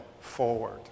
forward